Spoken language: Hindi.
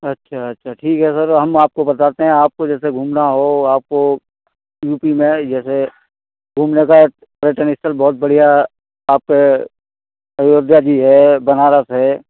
अच्छा अच्छा ठीक है सर हम आपको बताते हैं आपको जैसे घूमना हो आपको यू पी में जैसे घूमने का पर्यटन स्थल बहुत बढ़िया आप अयोध्या भी है बनारस है